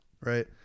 right